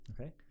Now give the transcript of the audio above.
Okay